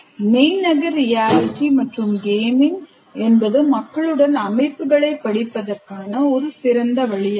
மெய்நிகர் ரியாலிட்டி மற்றும் கேமிங் என்பது மக்களுடன் அமைப்புகளைப் படிப்பதற்கான ஒரு சிறந்த வழியாகும்